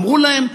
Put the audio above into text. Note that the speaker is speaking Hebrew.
אמרו להם: